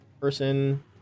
person